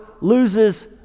loses